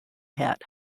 head